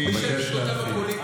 אני מבקש להתחיל.